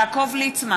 אינו נוכח